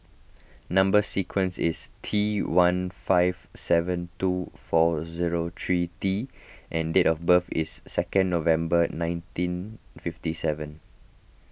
Number Sequence is T one five seven two four zero three T and date of birth is second November nineteen fifty seven